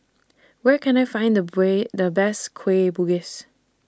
Where Can I Find The The Best Kueh Bugis